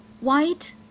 White